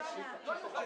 בשעה